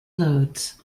loads